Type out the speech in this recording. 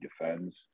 defends